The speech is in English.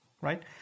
right